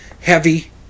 Heavy